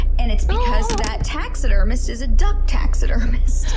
and it's because that taxidermist is a duck taxidermist.